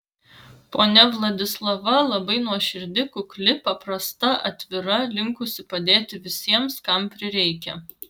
ponia vladislava labai nuoširdi kukli paprasta atvira linkusi padėti visiems kam prireikia